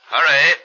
Hurry